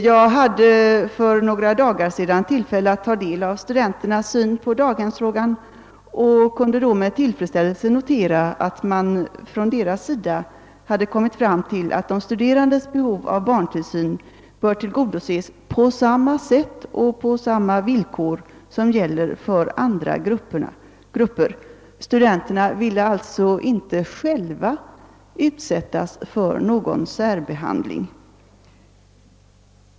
Jag hade för några dagar sedan tillfälle att få del av studenternas syn på daghemsfrågan och kunde då med tillfredsställelse notera ait de kommit fram till att de studerandes behov av barntillsyn bör tillgodoses på samma sätt och på samma villkor som gäller för andra grupper. Studenterna ville alltså inte själva få någon särbehandling.